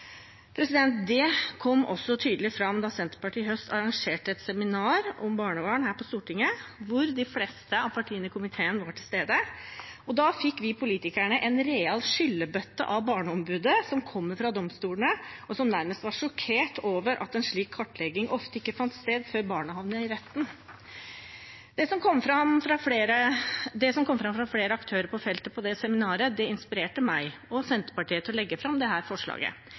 Det kom også tydelig fram da Senterpartiet i høst arrangerte et seminar om barnevern her på Stortinget, hvor de fleste av partiene i komiteen var til stede. Da fikk vi politikere en real skyllebøtte av barneombudet, som kommer fra domstolene, og som nærmest var sjokkert over at en slik kartlegging ofte ikke fant sted før barnet havnet i retten. Det som kom fram fra flere aktører på feltet på det seminaret, inspirerte meg og Senterpartiet til å legge fram dette forslaget – et forslag som for øvrig ble godt mottatt av høringsinstanser som Fosterhjemsforeningen, UNICEF Norge og det